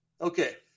Okay